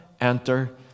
enter